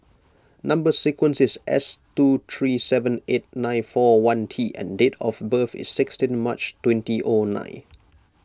Number Sequence is S two three seven eight nine four one T and date of birth is sixteen March twenty O nine